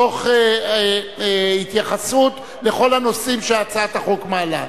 תוך התייחסות לכל הנושאים שהצעת החוק מעלה.